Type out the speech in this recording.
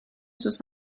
sus